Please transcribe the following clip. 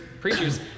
Preachers